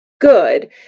good